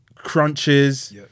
crunches